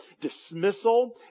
dismissal